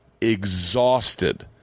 exhausted